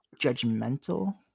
judgmental